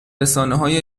رسانههای